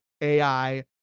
AI